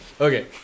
Okay